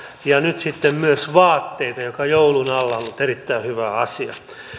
ja nyt sitten myös vaatteita mikä joulun alla on ollut erittäin hyvä asia